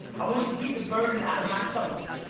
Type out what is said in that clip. i wanted to beat the burden out of myself.